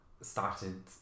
started